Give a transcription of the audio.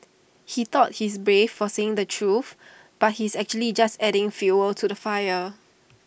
he thought he's brave for saying the truth but he's actually just adding fuel to the fire